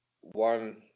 one